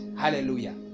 Hallelujah